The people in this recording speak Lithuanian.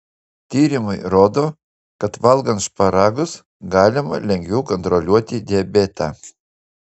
tyrimai rodo kad valgant šparagus galima lengviau kontroliuoti diabetą